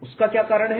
उसका क्या कारण है